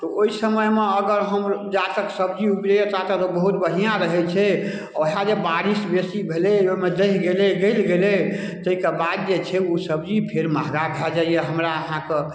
तऽ ओइ समयमे अगर हम जातक सब्जी उपजैए ता तक बहुत बढ़िआँ रहै छै ओहे जे बारिश बेसी भेलै ओइमे दहि गेलै गलि गेलै तैके बाद जे छै उ सब्जी फेर मंहगा भए जाइए हमरा अहाँके